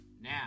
Now